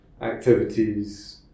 activities